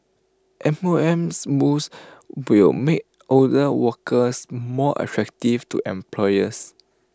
M O M's moves will make older workers more attractive to employers